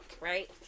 Right